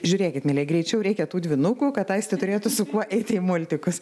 žiūrėkit mielieji greičiau reikia tų dvynukų kad aistė turėtų su kuo eiti į multikus